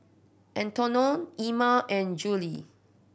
Antione Emma and Jule